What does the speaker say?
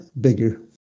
bigger